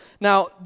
Now